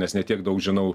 nes ne tiek daug žinau